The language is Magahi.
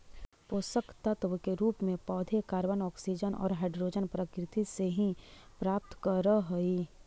पोषकतत्व के रूप में पौधे कॉर्बन, ऑक्सीजन और हाइड्रोजन प्रकृति से ही प्राप्त करअ हई